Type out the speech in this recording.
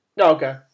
Okay